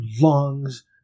lungs